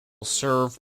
serve